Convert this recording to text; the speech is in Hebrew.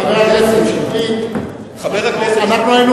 חבר הכנסת שטרית, אנחנו היינו